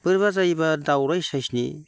बोरैबा जायोब्ला दाउराइ साइसनि